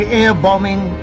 air-bombing